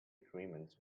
agreements